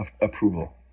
approval